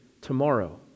tomorrow